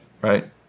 right